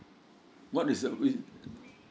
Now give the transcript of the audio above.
what is that mean